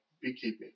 beekeeping